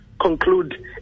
conclude